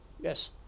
yes